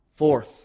Fourth